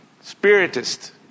spiritist